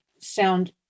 sound